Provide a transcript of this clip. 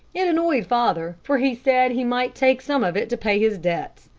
it annoyed father, for he said he might take some of it to pay his debts.